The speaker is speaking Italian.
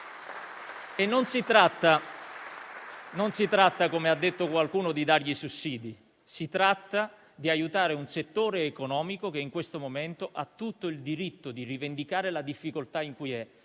Non si tratta, come ha detto qualcuno, di dar loro dei sussidi, ma di aiutare un settore economico, che in questo momento ha tutto il diritto di rivendicare la difficoltà in cui si